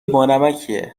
بانمکیه